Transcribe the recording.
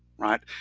right?